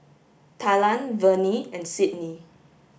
Talan Vernie and Sydnee